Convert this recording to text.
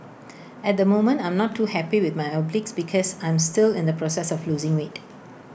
at the moment I'm not too happy with my obliques because I'm still in the process of losing weight